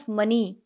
money